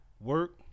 Work